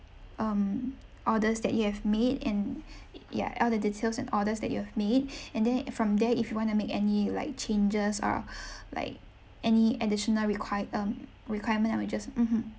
um orders that you have made and ya all the details and orders that you have made and then from there if you want to make any like changes or like any additional require~ um requirement I will just mmhmm